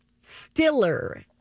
Stiller